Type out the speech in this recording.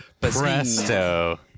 Presto